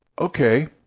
Okay